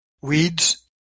weeds